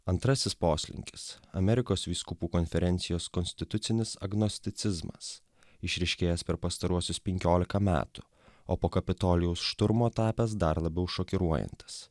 antrasis poslinkis amerikos vyskupų konferencijos konstitucinis agnosticizmas išryškėjęs per pastaruosius penkiolika metų o po kapitolijaus šturmo tapęs dar labiau šokiruojantis